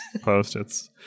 post-its